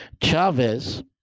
Chavez